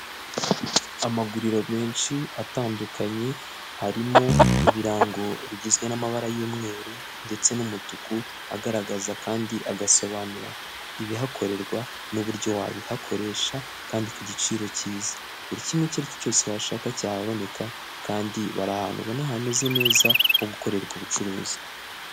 Amaguriro menshi atandukanye harimo ibirango bigizwe n'amabara y'umweru ndetse n'umutuku agaragaza kandi agasobanura ibihakorerwa n'uburyo wabihakoresha kandi ku giciro cyiza, buri kimwe icyo ari cyo cyose washaka cyahaboneka kandi bari ahantu ubona hameze neza ho gukorerwa ubucuruzi.